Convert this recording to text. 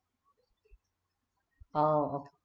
oh okay